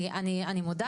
אני מודה